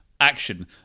action